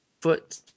foot